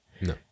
No